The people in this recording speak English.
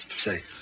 say